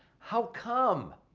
how come?